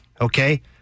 okay